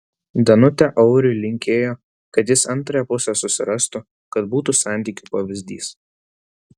danutė auriui linkėjo kad jis antrąją pusę susirastų kad būtų santykių pavyzdys